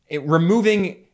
removing